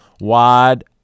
wide